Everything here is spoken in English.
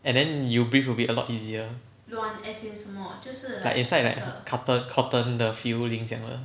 and then you breathe would be a lot easier like inside like a carto~ cotton 的 feel 这样 lah